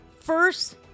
First